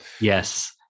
Yes